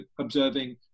observing